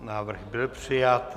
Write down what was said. Návrh byl přijat.